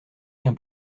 qu’un